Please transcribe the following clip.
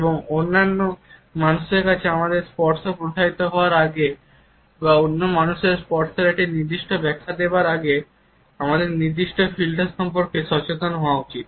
এবং অন্য মানুষের কাছে আমাদের স্পর্শ প্রসারিত করার আগে বা অন্য মানুষের স্পর্শের একটি নির্দিষ্ট ব্যাখ্যা দেখার আগে আমাদের নির্দিষ্ট ফিল্টার সম্পর্কে সচেতন হওয়া উচিত